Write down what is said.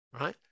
right